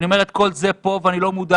אני אומר את זה כל זה ואני לא מודאג,